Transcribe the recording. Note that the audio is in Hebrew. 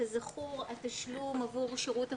כזכור התשלום עבור שירות החובה,